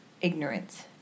ignorance